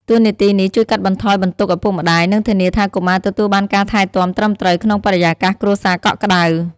តួនាទីនេះជួយកាត់បន្ថយបន្ទុកឪពុកម្តាយ និងធានាថាកុមារទទួលបានការថែទាំត្រឹមត្រូវក្នុងបរិយាកាសគ្រួសារកក់ក្តៅ។